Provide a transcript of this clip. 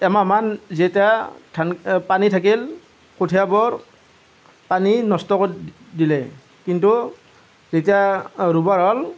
এমাহমান যেতিয়া ধান পানী থাকিল কঠীয়াবোৰ পানী নষ্ট কৰি দিলে কিন্তু যেতিয়া ৰুবৰ হ'ল